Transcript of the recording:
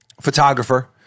Photographer